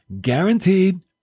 guaranteed